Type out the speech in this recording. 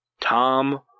Tom